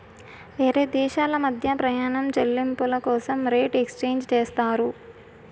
వేరే దేశాల మధ్య ప్రయాణం చెల్లింపుల కోసం రేట్ ఎక్స్చేంజ్ చేస్తారు